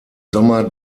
sommer